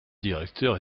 directeur